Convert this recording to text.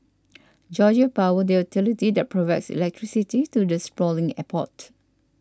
Georgia Power the utility that provides electricity to the sprawling airport